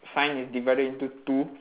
sign is divided into two